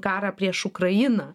karą prieš ukrainą